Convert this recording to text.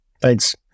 thanks